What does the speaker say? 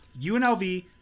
UNLV